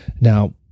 Now